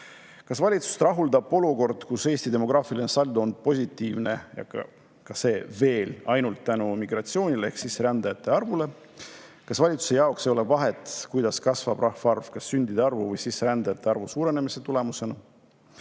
Kas valitsust rahuldab olukord, kus Eesti demograafiline saldo on olnud positiivne, aga seda veel ainult tänu immigratsioonile ehk sisserändajate arvule? Kas valitsuse jaoks ei ole vahet, kuidas kasvab rahvaarv, kas sündide arvu või sisserändajate arvu suurenemise tulemusena?